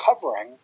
covering